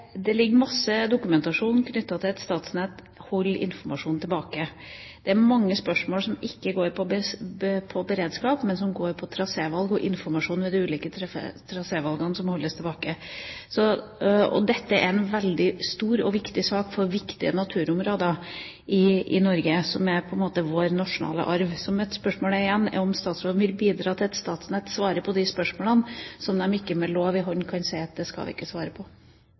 Det foreligger masse dokumentasjon knyttet til at Statnett holder informasjon tilbake. Det er mange spørsmål som ikke går på beredskap, men som går på trasévalg og informasjon ved de ulike trasévalgene som holdes tilbake. Dette er en stor og viktig sak for viktige naturområder i Norge, som på en måte er vår nasjonale arv. Så mitt spørsmål er igjen om statsråden vil bidra til at Statnett svarer på de spørsmålene som de ikke med loven i hånd kan si at dette skal vi ikke svare på.